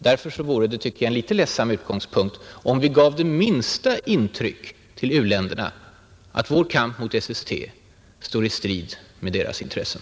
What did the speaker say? Därför vore det, tycker jag, en ledsam utgångspunkt om vi gav u-länderna intrycket av att vår kamp mot SST står i strid mot deras intressen.